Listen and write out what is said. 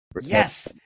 Yes